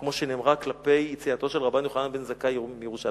כמו שנאמרה כלפי יציאתו של רבן יוחנן בן זכאי מירושלים,